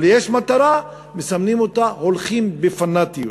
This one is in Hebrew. אבל יש מטרה ומסמנים אותה והולכים בפנאטיות.